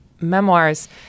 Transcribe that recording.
memoirs